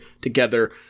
together